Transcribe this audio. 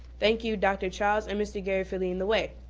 thank you, dr. charles and mr. gary for leading the way.